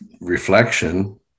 reflection